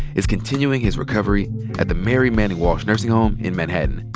is continuing his recovery at the mary manning walsh nursing home in manhattan.